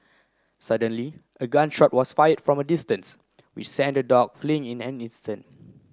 suddenly a gun shot was fired from a distance which sent the dog fleeing in an instant